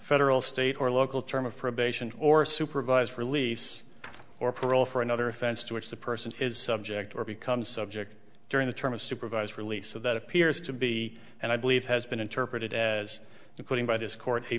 federal state or local term of probation or supervised release or parole for another offense to which the person is subject or become subject during the term of supervised release of that appears to be and i believe has been interpreted as the putting by this court a